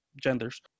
genders